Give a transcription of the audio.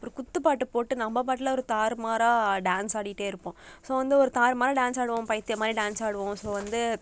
ஒரு குத்து பாட்டு போட்டு நம்ம பாட்டுல ஒரு தாறுமாறாக டான்ஸ் ஆடிட்டு இருப்போம் ஸோ வந்து ஒரு தாறுமாறாக டான்ஸ் ஆடுவோம் பைத்தியம் மாதிரி டான்ஸ் ஆடுவோம் ஸோ வந்து